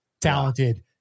talented